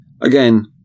Again